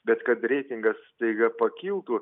bet kad reitingas staiga pakiltų